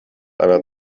einer